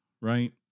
right